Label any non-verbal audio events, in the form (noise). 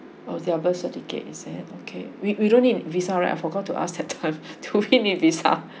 oh their birth certificates is it okay we we don't need visa right I forgot to ask that time (laughs) do we need visa